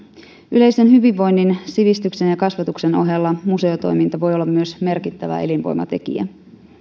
yleisen hyvinvoinnin sivistyksen ja kasvatuksen ohella museotoiminta voi olla myös merkittävä elinvoimatekijä